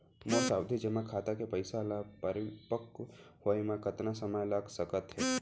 मोर सावधि जेमा खाता के पइसा ल परिपक्व होये म कतना समय लग सकत हे?